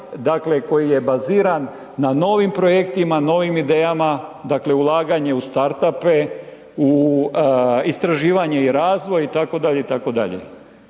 dakle koji je baziran na novim projektima, na novim idejama, dakle ulaganje u start-up-e, u istraživanje i razvoj, itd.,